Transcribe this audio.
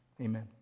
amen